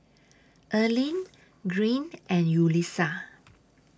Earlene Green and Yulissa